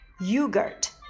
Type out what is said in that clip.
yogurt